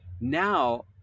Now